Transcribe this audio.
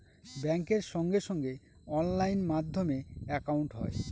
ব্যাঙ্কের সঙ্গে সঙ্গে অনলাইন মাধ্যমে একাউন্ট হয়